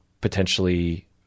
potentially